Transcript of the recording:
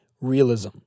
realism